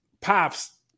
Pops